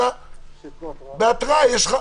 אלא בהתראה.